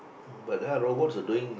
but then robots are doing